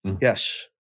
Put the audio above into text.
Yes